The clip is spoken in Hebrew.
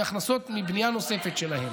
הפתרון שלה,